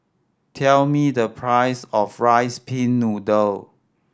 tell me the price of rice pin noodle